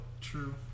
True